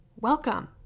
welcome